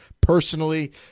personally